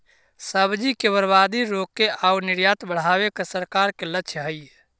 सब्जि के बर्बादी रोके आउ निर्यात बढ़ावे के सरकार के लक्ष्य हइ